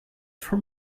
for